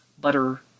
butter